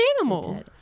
animal